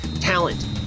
Talent